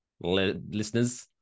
listeners